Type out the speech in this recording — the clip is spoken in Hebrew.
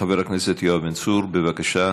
חבר הכנסת יואב בן צור, בבקשה.